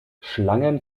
schlangen